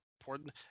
important